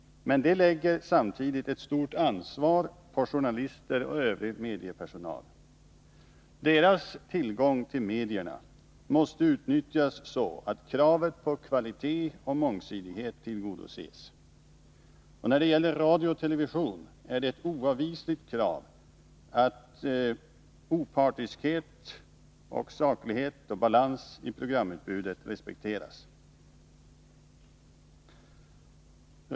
Men detta lägger samtidigt ett stort ansvar på journalister och övrig mediepersonal. Deras tillgång till medierna måste utnyttjas, så att kravet på kvalitet och mångsidighet tillgodoses. När det gäller radio och TV är det ett oavvisligt 9” krav att reglerna om opartiskhet, saklighet och balans i programutbudet respekteras.